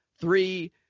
three